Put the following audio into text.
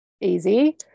easy